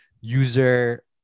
user